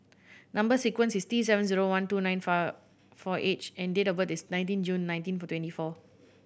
number sequence is T seven zero one two nine four H and date of birth is nineteen June nineteen twenty four